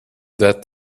that